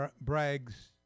Bragg's